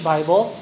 Bible